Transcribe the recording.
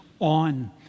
on